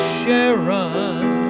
Sharon